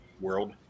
world